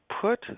put